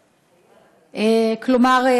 כלומר,